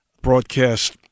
broadcast